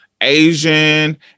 Asian